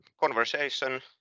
conversation